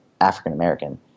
African-American